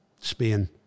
Spain